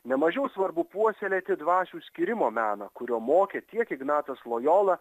ne mažiau svarbu puoselėti dvasių skyrimo meną kurio mokė tiek ignacas lojola